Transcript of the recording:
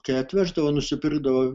kai atveždavo nusipirkdavo